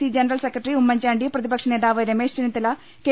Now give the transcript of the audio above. C general secretary Oommen Chandy പ്രതിപക്ഷ നേതാവ് Ramesh Chennithala K